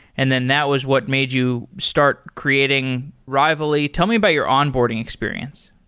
and then that was what made you start creating rivaly. tell me about your onboarding experience.